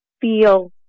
feel